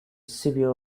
severe